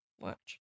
Watch